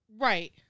right